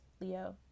Leo